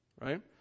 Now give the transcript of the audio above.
right